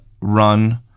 run